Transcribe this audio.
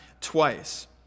twice